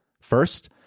First